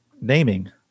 naming